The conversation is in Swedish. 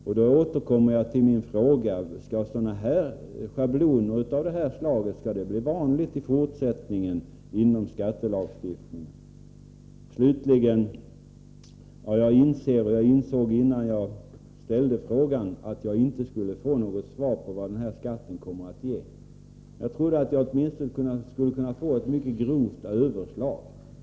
Jag återkommer då till frågan: Skall schabloner av detta slag i fortsättningen bli vanliga inom skattelagstiftningen? Slutligen: Redan innan jag frågade vad den aktuella skatten kommer att ge insåg jag att jag inte skulle få något svar. Jag trodde dock att Rune Carlstein åtminstone skulle göra ett mycket grovt överslag.